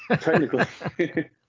technically